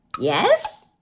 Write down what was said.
Yes